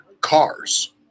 cars